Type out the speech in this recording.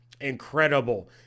incredible